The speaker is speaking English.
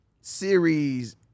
series